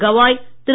Gavai Thiru